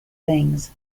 things